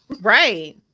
Right